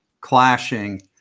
clashing